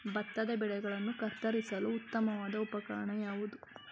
ಭತ್ತದ ಬೆಳೆಗಳನ್ನು ಕತ್ತರಿಸಲು ಉತ್ತಮವಾದ ಉಪಕರಣ ಯಾವುದು?